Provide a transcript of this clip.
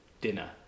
dinner